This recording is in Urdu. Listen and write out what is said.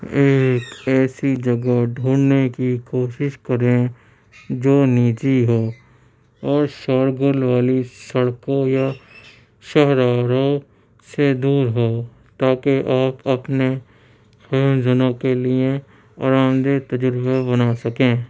ایک ایسی جگہ ڈھونڈنے کی کوشش کریں جو نجی ہو اور شورغل والی سڑکوں یا شہراروں سے دور ہو تاکہ آپ اپنے خیم زنوں کے لیے آرام دہ تجربہ بنا سکیں